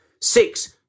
Six